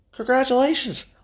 Congratulations